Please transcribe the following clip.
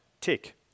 tick